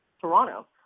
Toronto